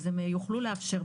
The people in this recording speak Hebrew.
ויוכלו לאפשר,